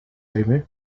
allumé